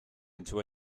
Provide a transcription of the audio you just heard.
into